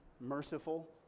merciful